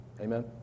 Amen